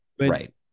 Right